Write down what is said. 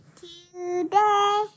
today